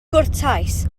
gwrtais